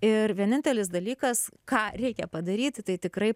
ir vienintelis dalykas ką reikia padaryti tai tikrai